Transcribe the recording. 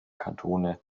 kantone